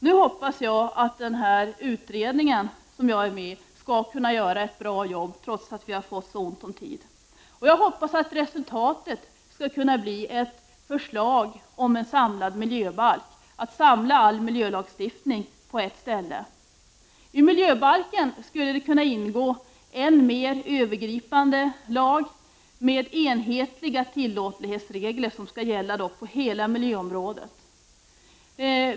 Nu hoppas jag att den utredning som jag är med i skall kunna göra ett bra jobb, trots att vi har fått så ont om tid. Jag hoppas att resultatet skall kunna bli ett förslag om en samlad miljöbalk. Man skulle alltså samla all miljölagstiftning på ett ställe. I miljöbalken skulle kunna ingå en mer övergripande lag med enhetliga tillåtlighetsregler, som skall gälla på hela miljöområdet.